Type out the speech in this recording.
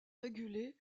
régulé